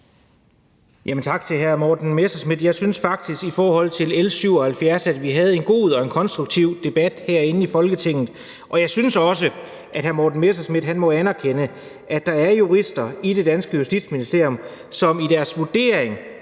tak til hr. Morten Messerschmidt. Jeg synes faktisk i forhold til L 77, at vi havde en god og en konstruktiv debat herinde i Folketinget. Og jeg synes også, at hr. Morten Messerschmidt må anerkende, at der er jurister i det danske Justitsministerium, som i deres vurdering